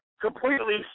completely